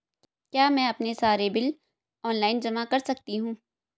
क्या मैं अपने सारे बिल ऑनलाइन जमा कर सकती हूँ?